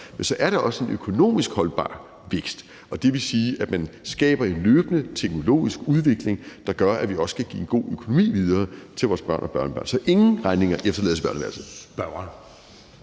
Så er der også en økonomisk holdbar vækst, og det vil sige, at man skaber en løbende teknologisk udvikling, der gør, at vi også kan give en god økonomi videre til vores børn og børnebørn, så ingen regninger efterlades i børneværelset.